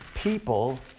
People